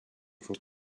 voor